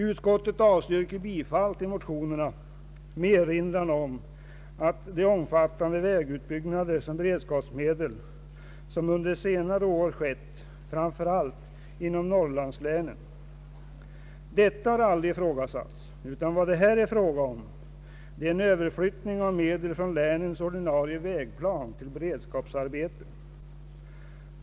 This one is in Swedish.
Utskottet avstyrker bifall till motionerna under erinran om de omfattande vägutbyggnader med beredskapsmedel som under senare år skett framför allt inom Norrlandslänen. Detta har aldrig ifrågasatts, utan vad det här gäller är överflyttning av medel från länens ordinarie vägplan till beredskapsarbete.